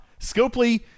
Scopely